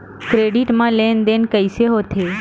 Credit मा लेन देन कइसे होथे?